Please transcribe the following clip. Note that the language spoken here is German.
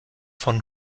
von